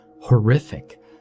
Horrific